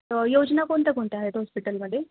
योजना कोणत्या कोणत्या आहेत हॉस्पिटलमध्ये